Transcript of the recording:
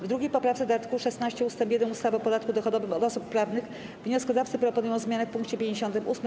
W 2. poprawce do art. 16 ust. 1 ustawy o podatku dochodowym od osób prawnych wnioskodawcy proponują zmianę w pkt 58.